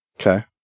Okay